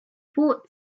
bought